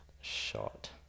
shot